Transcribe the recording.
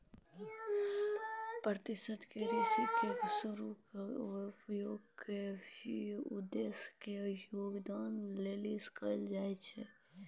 प्रत्यक्ष ऋण रो सुविधा के उपयोग कोय भी उद्देश्य के भुगतान लेली करलो जाय छै